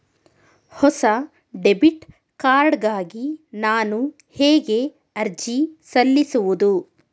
ಹೊಸ debit card ಗಾಗಿ ನಾನು ಹೇಗೆ ಅರ್ಜಿ ಸಲ್ಲಿಸುವುದು?